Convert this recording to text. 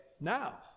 now